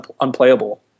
unplayable